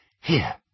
Here